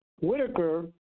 Whitaker